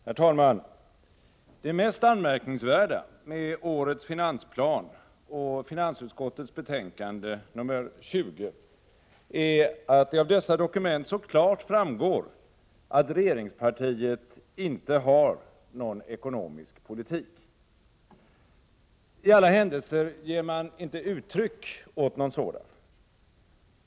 Herr talman! Det mest anmärkningsvärda med årets finansplan och finansutskottets betänkande nr 20 är att det av dessa dokument så klart framgår att regeringspartiet inte har någon ekonomisk politik. I alla händelser ger man inte uttryck åt någon sådan.